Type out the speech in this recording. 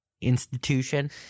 institution